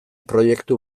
proiektu